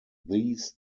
these